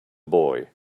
boy